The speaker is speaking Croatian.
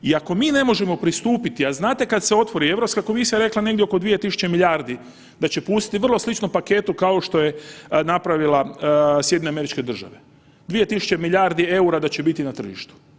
I ako mi ne možemo pristupiti, a znate kad se otvori, Europska komisija je rekla negdje oko 2000 milijardi da će pustiti, vrlo slično paketu kao što je napravila SAD, 2000 milijardi EUR-a da će biti na tržištu.